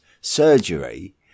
surgery